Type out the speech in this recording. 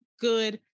good